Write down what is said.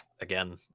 again